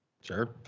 Sure